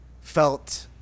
felt